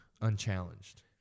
Unchallenged